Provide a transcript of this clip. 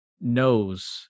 knows